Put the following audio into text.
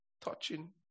touching